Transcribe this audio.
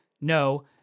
no